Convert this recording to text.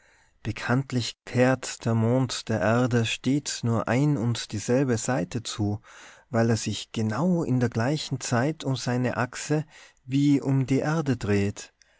bekanntlich kehrt der mond der erde stets nur ein und dieselbe seite zu weil er sich genau in der gleichen zeit um seine axe wie um die erde dreht